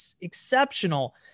exceptional